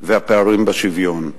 והפערים בשוויון.